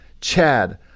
Chad